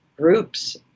groups